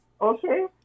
Okay